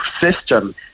system